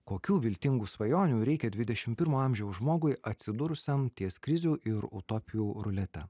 kokių viltingų svajonių reikia dvidešim pirmo amžiaus žmogui atsidūrusiam ties krizių ir utopijų rulete